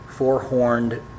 four-horned